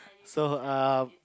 so um